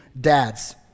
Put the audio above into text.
dads